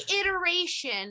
iteration